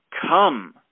come